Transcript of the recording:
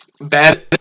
Bad